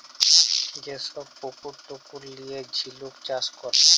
যে ছব পুকুর টুকুর লিঁয়ে ঝিলুক চাষ ক্যরে